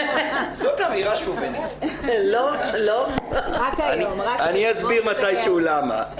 זאת אמירה שובניסיטית, אני אסביר מתי שהוא למה.